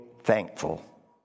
thankful